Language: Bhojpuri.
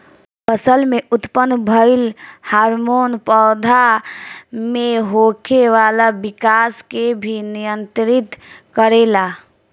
फसल में उत्पन्न भइल हार्मोन पौधा में होखे वाला विकाश के भी नियंत्रित करेला